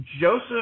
Joseph